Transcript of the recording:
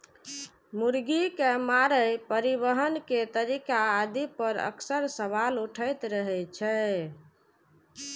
मुर्गी के मारै, परिवहन के तरीका आदि पर अक्सर सवाल उठैत रहै छै